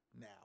now